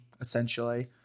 essentially